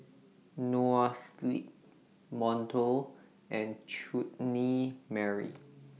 Noa Sleep Monto and Chutney Mary